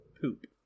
poop